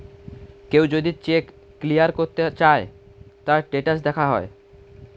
কেউ যদি cheque clear করতে চায়, তার স্টেটাস দেখা যায়